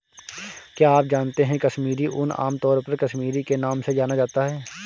क्या आप जानते है कश्मीरी ऊन, आमतौर पर कश्मीरी के नाम से जाना जाता है?